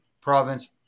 province